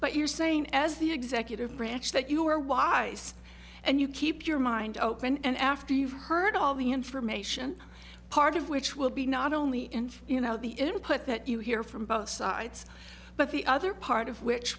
but you're saying as the executive branch that you are wise and you keep your mind open and after you've heard all the information part of which will be not only in you know the input that you hear from both sides but the other part of which